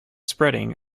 spreading